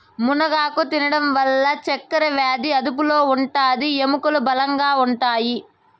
మునగాకు తినడం వల్ల చక్కరవ్యాది అదుపులో ఉంటాది, ఎముకలు బలంగా ఉంటాయి